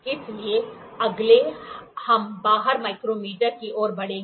इसलिए अगले हम बाहर माइक्रोमीटर की ओर बढ़ेंगे